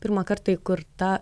pirmą kartą įkurta